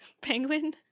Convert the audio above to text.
Penguin